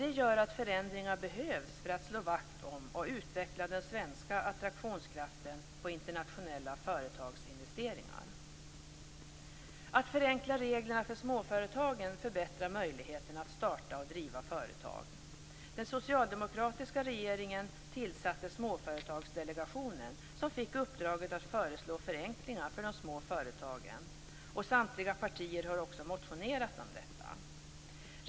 Det gör att förändringar behövs för att slå vakt om och utveckla den svenska attraktionskraften när det gäller internationella företags investeringar. Att förenkla reglerna för småföretagen förbättrar möjligheterna att starta och driva företag. Den socialdemokratiska regeringen tillsatte Småföretagsdelegationen, som fick uppdraget att föreslå förenklingar för de små företagen. Samtliga partier har också motionerat om detta.